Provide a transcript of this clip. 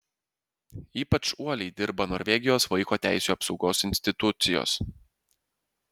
ypač uoliai dirba norvegijos vaiko teisių apsaugos institucijos